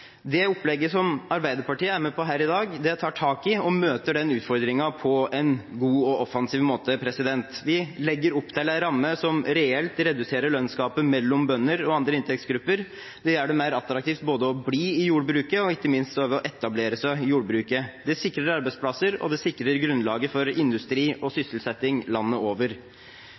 Det opplegget som Arbeiderpartiet er med på her i dag, tar tak i og møter den utfordringen på en god og offensiv måte. Vi legger opp til en ramme som reelt reduserer lønnsgapet mellom bønder og andre inntektsgrupper. Det gjør det mer attraktivt både å bli i jordbruket og ikke minst å etablere seg i jordbruket. Det sikrer arbeidsplasser, og det sikrer grunnlaget for industri og sysselsetting landet over.